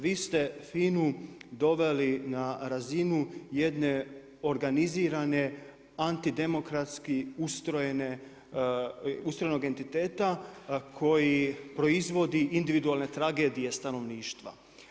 Vi ste FINA-u doveli na razinu jedne organizirane, antidemokratske ustrojene entiteta, koji proizvodi individualne tragedije stanovništva.